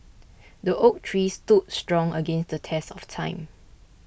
the oak tree stood strong against the test of time